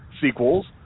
sequels